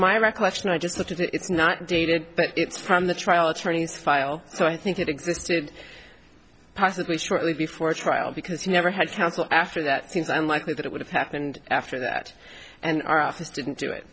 my recollection i just noted it's not dated but it's from the trial attorneys file so i think it existed possibly shortly before a trial because you never had counsel after that seems unlikely that it would have happened after that and our office didn't do it